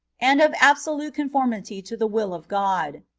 and of absolute conformity to the will of god.